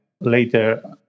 later